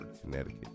Connecticut